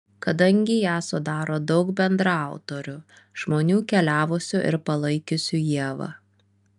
kadangi ją sudaro daug bendraautorių žmonių keliavusių ir palaikiusių ievą